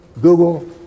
Google